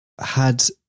had-